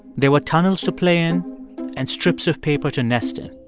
there were tunnels to play in and strips of paper to nest in.